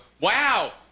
wow